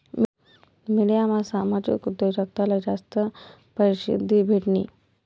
मिडियामा सामाजिक उद्योजकताले जास्ती परशिद्धी भेटनी